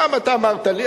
פעם אתה אמרת לי,